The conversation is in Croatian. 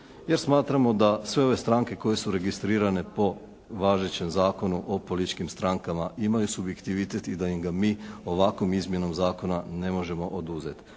jer smatramo da sve ove stranke koje su registrirane po važećem Zakonu o političkim strankama imaju subjektivitet i da im ga mi ovakvom izmjenom zakona ne možemo oduzet.